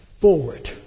Forward